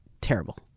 terrible